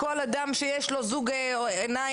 כל אדם שיש לו זוג עיניים,